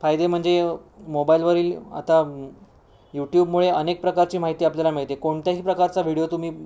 फायदे म्हणजे मोबाईलवरील आता यूट्युबमुळे अनेक प्रकारची माहिती आपल्याला मिळते कोणत्याही प्रकारचा व्हिडीओ तुम्ही